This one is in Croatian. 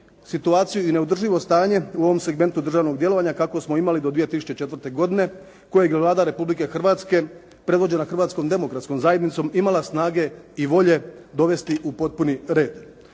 situaciju i neodrživo stanje u ovom segmentu državnog djelovanja kako smo imali do 2004. godine kojeg je Vlada Republike Hrvatske predvođena Hrvatskom demokratskom zajednicom imala snage i volje dovesti u potpuni red.